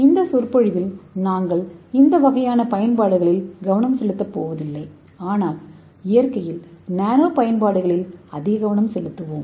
இந்த சொற்பொழிவில் நாங்கள் இந்தவகையான பயன்பாடுகளில் கவனம் செலுத்தப்போவதில்லை ஆனால் இயற்கையில் நானோ பயன்பாடுகளில் அதிககவனம் செலுத்துவோம்